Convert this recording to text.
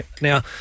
Now